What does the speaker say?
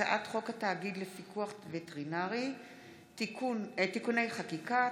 הצעת חוק התאגיד לפיקוח וטרינרי (תיקוני חקיקה),